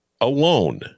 alone